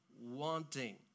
wanting